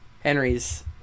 Henry's